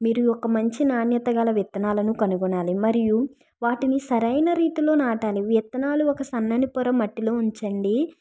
మీరు ఒక మంచి నాణ్యతగల విత్తనాలను కనుగొనాలి మరియు వాటిని సరైన రీతిలో నాటాలి విత్తనాల ఒక సన్నని పొర మట్టిలో ఉంచండి